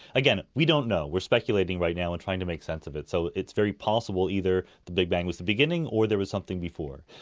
again, we don't know, we're speculating right now and trying to make sense of it, so it's very possible either the big bang was the beginning or there was something before.